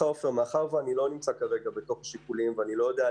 מאחר שאני לא מעורב בשיקולים הפוליטיים --- לא ביקשתי